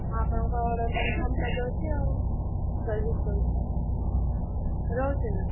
ମୁଁ ଆପଣଙ୍କ order confirm କରିଦଉଛି ଆଉ ସର୍ଭିସ୍ କରୁଛି ଆପଣଙ୍କୁ ରହୁଛି ମ୍ୟାମ୍